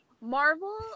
Marvel